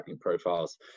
profiles